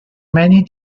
many